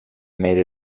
made